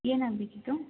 ಏನು ಆಗಬೇಕಿತ್ತು